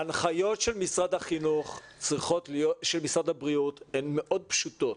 ההנחיות של משרד הבריאות הן מאוד פשוטות.